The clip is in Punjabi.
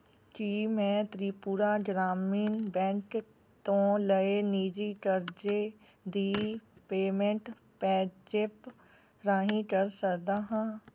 ਕੀ ਮੈਂ ਤ੍ਰਿਪੁਰਾ ਗ੍ਰਾਮੀਣ ਬੈਂਕ ਤੋਂ ਲਏ ਨਿੱਜੀ ਕਰਜ਼ੇ ਦੀ ਪੇਮੈਂਟ ਪੈਜ਼ੈਪ ਰਾਹੀਂ ਕਰ ਸਕਦਾ ਹਾਂ